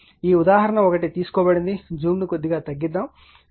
ఈ ఉదాహరణ ఒకటి తీసుకోబడింది జూమ్ను కొద్దిగా తగ్గించుకుందాం